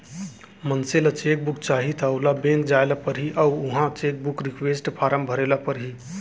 मनसे ल cheque book चाही त ओला बेंक जाय ल परही अउ उहॉं चेकबूक रिक्वेस्ट फारम भरे ल परही